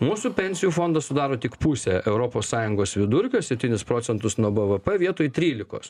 mūsų pensijų fondą sudaro tik pusę europos sąjungos vidurkio septynis procentus nuo bvp vietoj trylikos